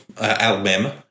Alabama